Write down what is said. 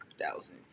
thousand